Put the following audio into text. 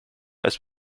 als